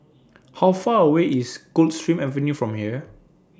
How Far away IS Coldstream Avenue from here